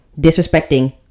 Disrespecting